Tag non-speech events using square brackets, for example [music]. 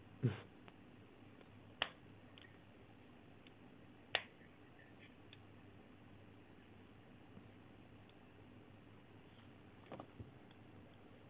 [breath]